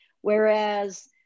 Whereas